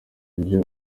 ibyo